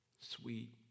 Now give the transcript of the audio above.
sweet